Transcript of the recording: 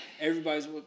Everybody's